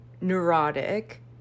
neurotic